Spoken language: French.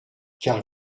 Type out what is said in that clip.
car